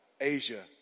Asia